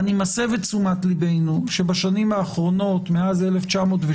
אני מסב את תשומת ליבנו שמאז השנים האחרונות מאז 2017